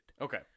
Okay